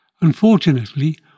Unfortunately